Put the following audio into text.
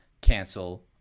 cancel